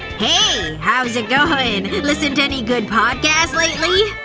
hey! how's it going? listen to any good podcasts lately?